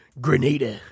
Grenada